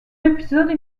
épisode